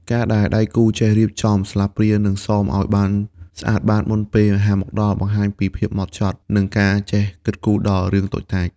ការដែលដៃគូចេះរៀបចំស្លាបព្រា និងសមឱ្យបានស្អាតបាតមុនពេលអាហារមកដល់ បង្ហាញពីភាពហ្មត់ចត់ និងការចេះគិតគូរដល់រឿងតូចតាច។